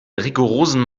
rigorosen